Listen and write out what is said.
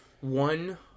one